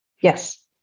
Yes